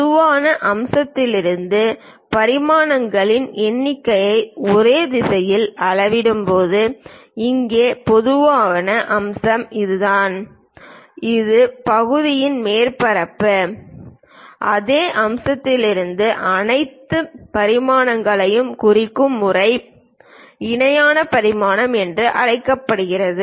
பொதுவான அம்சத்திலிருந்து பரிமாணங்களின் எண்ணிக்கையை ஒரே திசையில் அளவிடும்போது இங்கே பொதுவான அம்சம் இதுதான் இது பகுதியின் மேற்பரப்பு அதே அம்சத்திலிருந்து அனைத்து பரிமாணங்களையும் குறிக்கும் முறை இணையான பரிமாணம் என்று அழைக்கப்படுகிறது